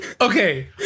Okay